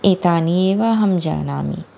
एतानि एव अहं जानामि